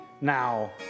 now